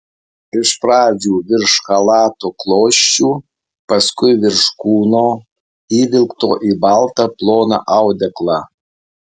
iš pradžių virš chalato klosčių paskui virš kūno įvilkto į baltą ploną audeklą